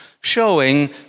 showing